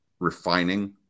refining